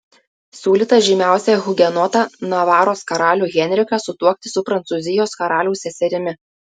siūlyta žymiausią hugenotą navaros karalių henriką sutuokti su prancūzijos karaliaus seserimi